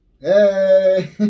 hey